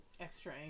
extra